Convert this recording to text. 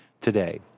today